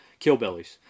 Killbillies